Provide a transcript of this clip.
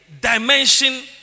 dimension